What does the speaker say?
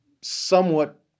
somewhat